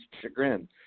chagrin